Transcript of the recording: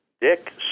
Dick